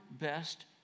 best